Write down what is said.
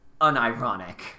unironic